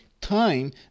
time